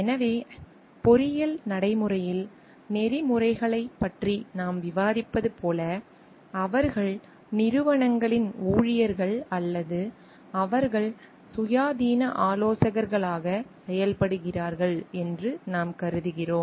எனவே பொறியியல் நடைமுறையில் நெறிமுறைகளைப் பற்றி நாம் விவாதிப்பது போல அவர்கள் நிறுவனங்களின் ஊழியர்கள் அல்லது அவர்கள் சுயாதீன ஆலோசகர்களாகச் செயல்படுகிறார்கள் என்று நாம் கருதுகிறோம்